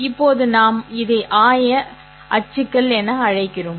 இப்போது நாம் இதை ஆய அச்சுகள் என அழைக்கிறோம்